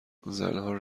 زنها